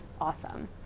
awesome